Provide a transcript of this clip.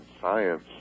science